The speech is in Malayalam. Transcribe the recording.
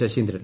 ശശീന്ദ്രൻ